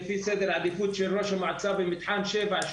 פי סדר עדיפות של ראש המועצה במתחם שבע,